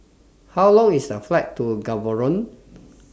How Long IS The Flight to Gaborone